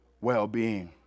well-being